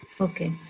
Okay